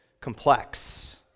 complex